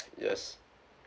yes